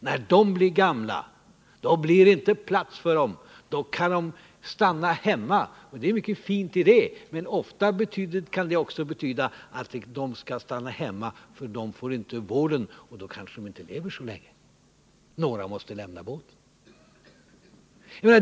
När de blir gamla skulle det då inte finnas plats för dem utan de får stanna hemma — det ligger visserligen mycket fint i tanken att de äldre skall bo kvar hemma, men ofta betyder det också att de inte får den rätta vården och därför inte lever så länge. Några måste lämna båten.